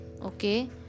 Okay